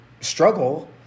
struggle